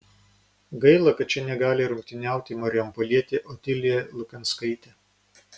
gaila kad čia negali rungtyniauti marijampolietė otilija lukenskaitė